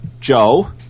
Joe